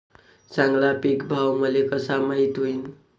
चांगला पीक भाव मले कसा माइत होईन?